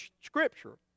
Scripture